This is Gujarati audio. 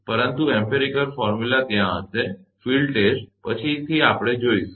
પરંતુ કેટલાક પ્રયોગમૂલક સૂત્રો ત્યાં હશે ફીલ્ડ ટેસ્ટ પછીથી આપણે તે જોઇશું